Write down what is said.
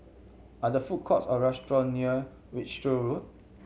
are there food courts or restaurants near Wiltshire Road